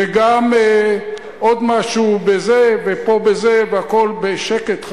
וגם עוד משהו בזה ופה בזה והכול בשקט,